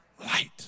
light